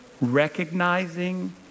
recognizing